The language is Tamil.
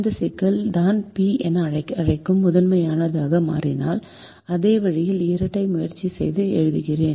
இந்த சிக்கல் நான் p என அழைக்கும் முதன்மையானதாக மாறினால் அதே வழியில் இரட்டை முயற்சி செய்து எழுதுகிறேன்